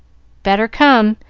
better come.